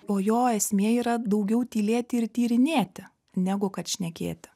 o jo esmė yra daugiau tylėti ir tyrinėti negu kad šnekėti